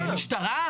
משטרה.